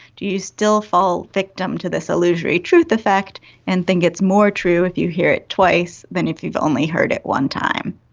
do you still fall victim to this illusory truth effect and think it's more true if you hear it twice than if you've only heard it one time?